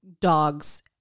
dogs